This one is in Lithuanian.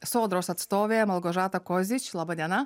sodros atstovė malgožata kozič laba diena